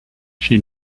she